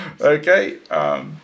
Okay